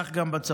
וכך גם בצפון.